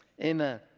Amen